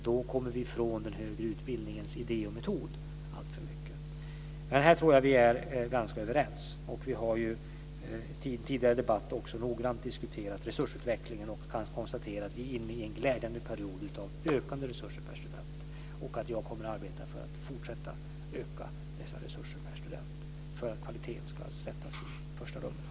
Då kommer vi alltför mycket bort från den högre utbildningens idé och metod. Här tror jag att vi är ganska överens. Vi har ju i en tidigare debatt också noggrant diskuterat resursutvecklingen. Vi kan konstatera att vi är inne i en glädjande period av ökade resurser per student. Jag kommer att arbeta för att fortsätta öka dessa resurser per student för att kvaliteten ska sättas i främsta rummet.